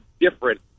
different